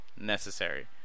necessary